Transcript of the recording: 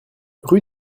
rue